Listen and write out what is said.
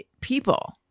people